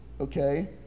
Okay